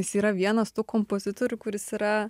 jis yra vienas tų kompozitorių kuris yra